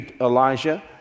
Elijah